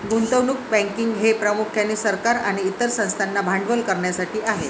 गुंतवणूक बँकिंग हे प्रामुख्याने सरकार आणि इतर संस्थांना भांडवल करण्यासाठी आहे